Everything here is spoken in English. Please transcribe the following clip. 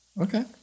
Okay